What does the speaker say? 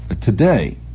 today